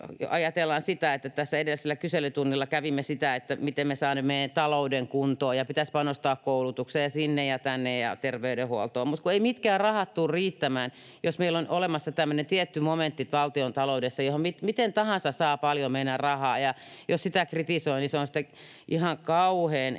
Ajatellaan sitä, että tässä edellisellä kyselytunnilla kävimme läpi sitä, miten me saamme meidän talouden kuntoon ja pitäisi panostaa koulutukseen ja terveydenhuoltoon ja sinne ja tänne — mutta kun eivät mitkään rahat tule riittämään, jos meillä on olemassa tämmöinen tietty momentti valtiontaloudessa, johon saa mennä rahaa miten paljon tahansa, ja jos sitä kritisoi, niin se on sitten ”ihan kauhean